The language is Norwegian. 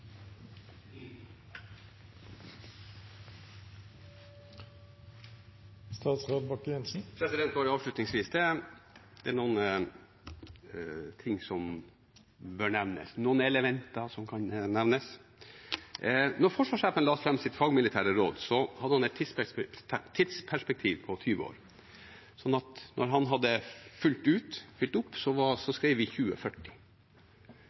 noen ting som bør nevnes, noen elementer som kan nevnes: Da forsvarssjefen la fram sitt fagmilitære råd, hadde han et tidsperspektiv på 20 år. Så når han hadde fullt ut fylt opp, skrev vi 2040. Det er ikke veldig mange nyinvesteringer i